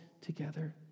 together